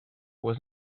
was